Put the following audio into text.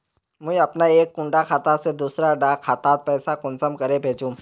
मुई अपना एक कुंडा खाता से दूसरा डा खातात पैसा कुंसम करे भेजुम?